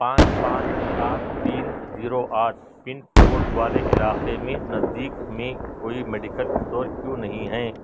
پانچ پانچ سات تین زیرو آٹھ پن کوڈ والے علاقے میں نزدیک میں کوئی میڈیکل اسٹور کیوں نہیں ہے